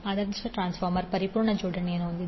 ಆದರ್ಶ transformer ಪರಿಪೂರ್ಣ ಜೋಡಣೆಯನ್ನು ಹೊಂದಿದೆ